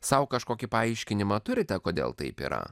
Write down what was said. sau kažkokį paaiškinimą turite kodėl taip yra